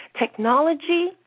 Technology